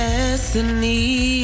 Destiny